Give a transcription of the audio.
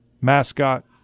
mascot